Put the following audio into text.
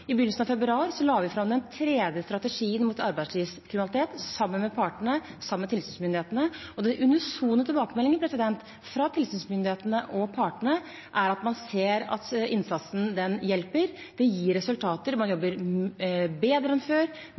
I begynnelsen av februar la vi fram den tredje strategien mot arbeidslivskriminalitet, sammen med partene og sammen med tilsynsmyndighetene, og den unisone tilbakemeldingen fra tilsynsmyndighetene og partene er at man ser at innsatsen hjelper, det gir resultater, man jobber bedre enn før,